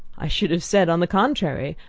i should have said, on the contrary,